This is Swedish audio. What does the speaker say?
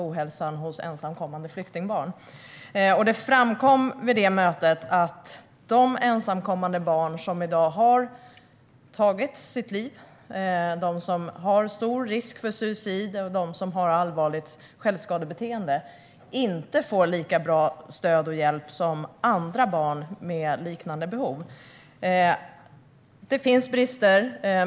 Vid mötet framkom att de ensamkommande barn som har tagit sina liv, som har stor risk för suicid eller som har allvarligt självskadebeteende inte har fått eller får lika bra stöd och hjälp som andra barn med liknande behov. Det finns brister.